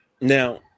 Now